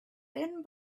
thin